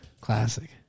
classic